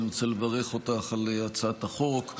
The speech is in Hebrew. אני רוצה לברך אותך על הצעת החוק,